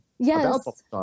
Yes